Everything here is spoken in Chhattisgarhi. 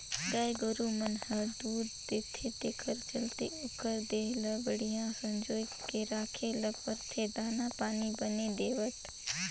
गाय गोरु मन हर दूद देथे तेखर चलते ओखर देह ल बड़िहा संजोए के राखे ल परथे दाना पानी बने देवत